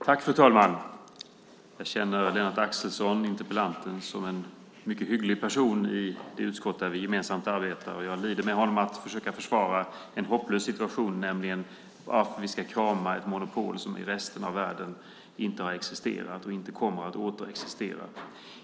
Fru ålderspresident! Jag känner Lennart Axelsson, interpellanten, som en mycket hygglig person i det utskott där vi gemensamt arbetar. Jag lider med honom när han försöker försvara en hopplös situation, nämligen varför vi ska krama ett monopol som i resten av världen inte har existerat och inte kommer att återexistera.